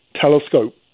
telescope